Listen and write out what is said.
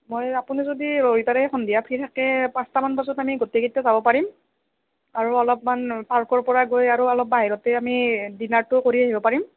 মই আপুনি যদি ৰবিবাৰে সন্ধিয়া ফ্ৰী থাকে পাঁচটামান বজাত আমি গোটেইকেইটা যাব পাৰিম আৰু অলপমান পাৰ্কৰ পৰা গৈ আৰু অলপ বাহিৰতে আমি ডিনাৰটো কৰি আহিব পাৰিম